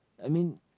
I mean